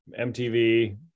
mtv